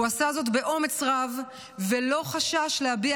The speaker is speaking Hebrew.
הוא עשה זאת באומץ רב ולא חשש להביע